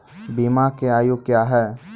बीमा के आयु क्या हैं?